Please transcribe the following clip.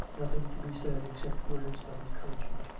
nothing to be said except words of encouragement.